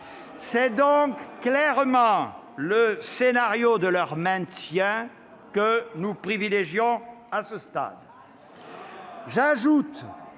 C'est donc clairement le scénario de leur maintien que nous privilégions à ce stade.